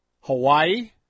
Hawaii